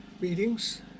Meetings